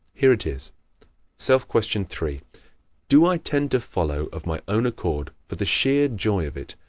here it is self-question three do i tend to follow, of my own accord, for the sheer joy of it,